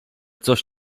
coś